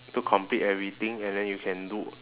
to complete everything and then you can do